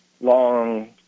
long